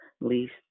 least